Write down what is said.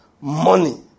Money